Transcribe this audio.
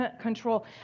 control